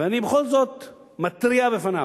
ואני בכל זאת מתריע בפניו.